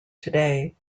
today